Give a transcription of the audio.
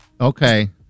Okay